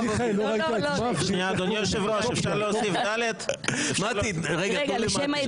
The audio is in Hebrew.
הרי יש פה שני דברים החלפת יושב-ראש הכנסת זה דיון אישי.